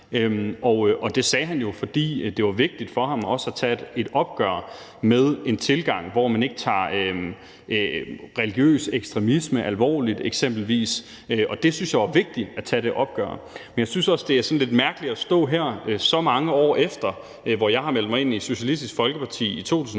Og det sagde han jo, fordi det var vigtigt for ham også at tage et opgør med en tilgang, hvor man eksempelvis ikke tager religiøs ekstremisme alvorligt, og det opgør synes jeg var vigtigt at tage. Men jeg synes også, det er sådan lidt mærkeligt at stå her så mange år efter – jeg meldte mig ind i Socialistisk Folkeparti i 2007,